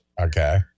okay